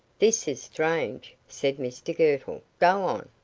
this is strange, said mr girtle. go on.